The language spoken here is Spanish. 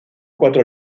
cuatro